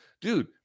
dude